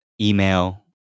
email